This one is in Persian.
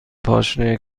پاشنه